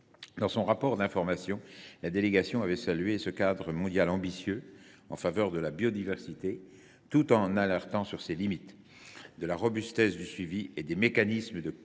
Dans son rapport d’information, la délégation avait salué ce cadre mondial ambitieux en faveur de la biodiversité, tout en alertant sur ses limites : de la robustesse du suivi et des mécanismes de correction